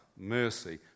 Mercy